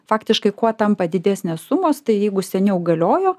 faktiškai kuo tampa didesnės sumos tai jeigu seniau galiojo